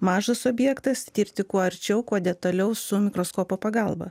mažas objektas tirti kuo arčiau kuo detaliau su mikroskopo pagalba